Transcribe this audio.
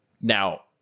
now